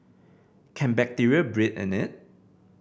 can bacteria breed in it